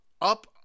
up